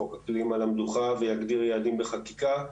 חוק אקלים על המדוכה ויגדיר יעדים בחקיקה.